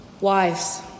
Wives